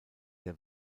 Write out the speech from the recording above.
der